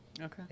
Okay